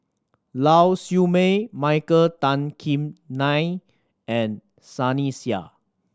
Lau Siew Mei Michael Tan Kim Nei and Sunny Sia